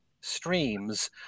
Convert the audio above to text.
streams